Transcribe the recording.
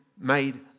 made